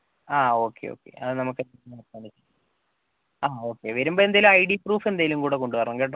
ആ okay okay അത് നമുക്ക് എന്തെങ്കിലും വെക്കാലോ ആ ഓക്കെ വരുമ്പം എന്തേലും ഐ ഡി പ്രൂഫ് എന്തേലും കൂടെ കൊണ്ടുവരണം കേട്ടോ